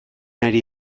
ari